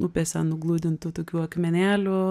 upėse nuglūdintų tokių akmenėlių